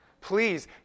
Please